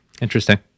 Interesting